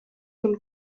von